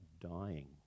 dying